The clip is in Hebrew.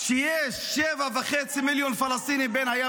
שיש שבעה וחצי מיליון פלסטינים בין הים